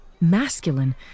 masculine